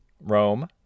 Rome